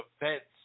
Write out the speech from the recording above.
events